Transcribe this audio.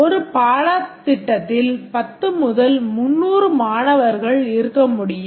ஒரு பாடத்திட்டத்தில் 10 முதல் 300 மாணவர்கள் இருக்க முடியும்